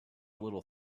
little